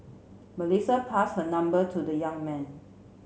Melissa pass her number to the young man